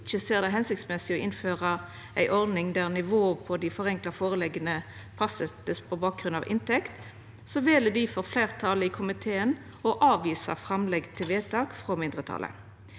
som ikkje ser det hensiktsmessig å innføra ei ordning der nivået på dei forenkla førelegga vert fastsett på bakgrunn av inntekt, vel difor fleirtalet i komiteen å avvisa framlegget til vedtak frå mindretalet.